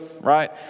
right